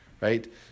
right